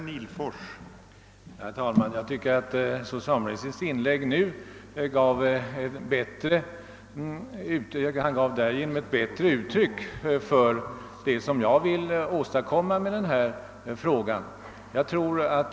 Herr talman! Socialministerns senaste inlägg gav ett bättre uttryck för vad jag ville åstadkomma med min fråga.